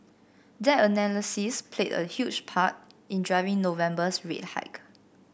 that analysis played a huge part in driving November's rate hike